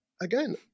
Again